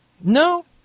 No